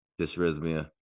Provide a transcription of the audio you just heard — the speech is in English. dysrhythmia